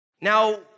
Now